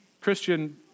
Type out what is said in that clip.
Christian